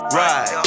right